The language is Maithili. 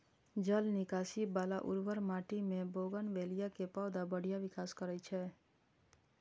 जल निकासी बला उर्वर माटि मे बोगनवेलिया के पौधा बढ़िया विकास करै छै